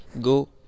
go